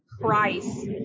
price